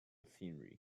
scenery